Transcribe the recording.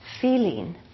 feeling